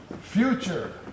future